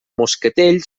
moscatell